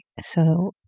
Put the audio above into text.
So-